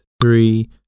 three